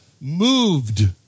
moved